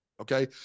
Okay